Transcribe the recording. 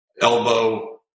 elbow